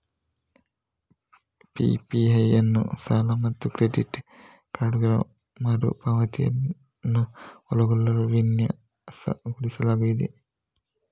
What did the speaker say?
PPI ಅನ್ನು ಸಾಲ ಮತ್ತು ಕ್ರೆಡಿಟ್ ಕಾರ್ಡುಗಳ ಮರು ಪಾವತಿಯನ್ನು ಒಳಗೊಳ್ಳಲು ವಿನ್ಯಾಸಗೊಳಿಸಲಾಗಿದೆ